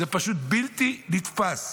זה פשוט בלתי נתפס.